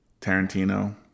Tarantino